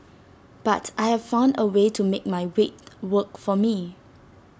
but I found A way to make my weight work for me